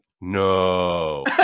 no